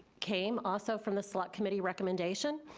came also from the slot committee recommendation,